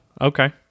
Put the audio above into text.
okay